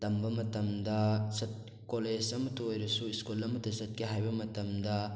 ꯇꯝꯕ ꯃꯇꯝꯗ ꯀꯣꯜꯂꯦꯖ ꯑꯃꯇ ꯑꯣꯏꯔꯁꯨ ꯁ꯭ꯀꯨꯜ ꯑꯃꯇ ꯆꯠꯀꯦ ꯍꯥꯏꯕ ꯃꯇꯝꯗ